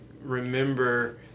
remember